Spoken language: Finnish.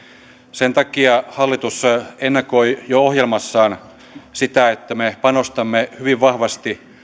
sen takia hallitus ennakoi jo ohjelmassaan sitä että me panostamme hyvin vahvasti